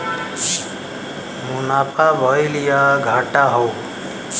मुनाफा भयल या घाटा हौ